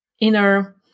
inner